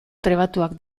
trebatuak